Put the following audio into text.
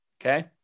Okay